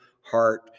heart